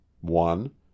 one